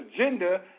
agenda